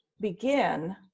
begin